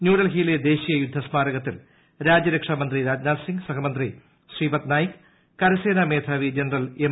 ന്യൂഡൽഹിയിലെ ദേശീയ യുദ്ധസ്മാരകത്തിൽ രാജ്യരക്ഷാ മന്ത്രി രാജ്നാഥ് സിംഗ് സഹമന്ത്രി ശ്രീപദ്നായിക് കരസേനാ മേധാവി ജനറൽ എം